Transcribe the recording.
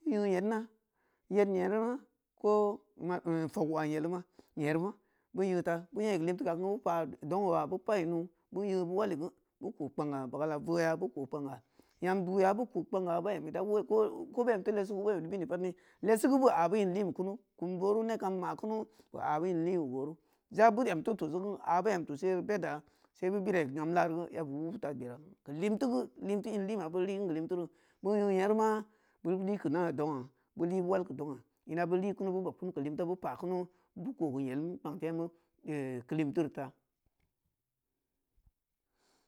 beu nyee nye mna yed nyeinna ko mad fogwa nyelema nyerema beu nyeeta beu nyei keu lim teu khakin geu beu pah donwa beu pa’i nuu beu nyee beu wali geu beu ko kpang’a bala voya beu ko kpang’a nyam duya beu ko kpang’a da bae m da beu woo ko-o beu emteu leesu ko beu emteu bini padni leesu puu beu a beu in linbe kunu kum boru neb kam ma kunu beu a beu in linbe koru za beu emteu tusi geu a beu em tusiye geu bedya sei beu birai geu yenlaru geu ya beu wuu beuta gberah keu lim teu geu limteu in linbeya beu li kin keu li euro beu ngee nyerema bid beu li keu na dong’a libeu wal keu dong’a ina beu li kunu beu bob kein keu limta beu pakunu beu ko keu nyelem kpang temu keu lim teuri tah